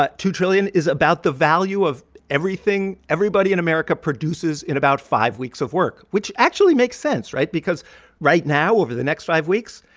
but two trillion is about the value of everything everybody in america produces in about five weeks of work, work, which actually makes sense right? because right now, over the next five weeks,